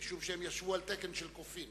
משום שהם ישבו על תקן של קופים.